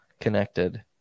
connected